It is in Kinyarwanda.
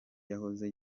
yahoze